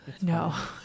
No